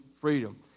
freedom